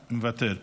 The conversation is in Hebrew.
מוותר.